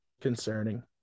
concerning